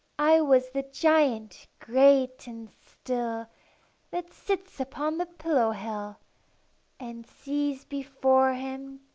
i was the giant great and still that sits upon the pillow-hill, and sees before him,